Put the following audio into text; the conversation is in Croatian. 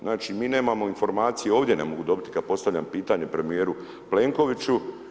Znači, mi nemamo informaciju, ovdje ne mogu dobiti kada postavljam pitanje premijeru Plenkoviću.